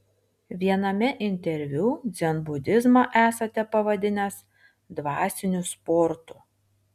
viename interviu dzenbudizmą esate pavadinęs dvasiniu sportu